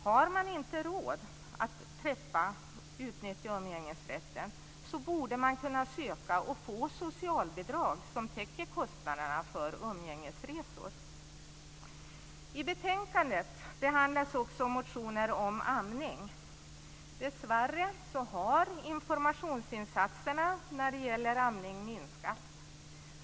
Har man inte råd att utnyttja umgängesrätten borde man kunna söka och få socialbidrag som täcker kostnaderna för umgängesresor. I betänkandet behandlas också motioner om amning. Dessvärre har informationsinsatserna när det gäller amning minskat.